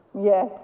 Yes